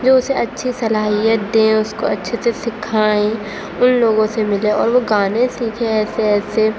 جو اسے اچھی صالحیت دیں اس کو اچھے سے سکھائیں ان لوگوں سے ملے اور وہ گانے سیکھے ایسے ایسے